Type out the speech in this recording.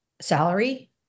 salary